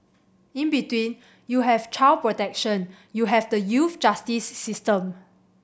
in between you have child protection you have the youth justice system